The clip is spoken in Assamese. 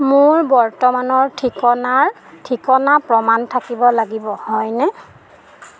মোৰ বৰ্তমানৰ ঠিকনাৰ ঠিকনা প্ৰমাণ থাকিব লাগিব হয়নে